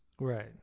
right